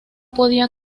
podía